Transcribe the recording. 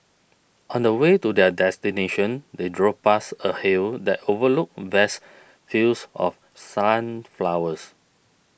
on the way to their destination they drove past a hill that overlooked vast fields of sunflowers